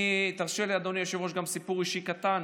תרשה לי, אדוני היושב-ראש, גם סיפור אישי קטן.